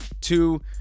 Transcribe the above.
two